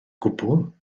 gwbl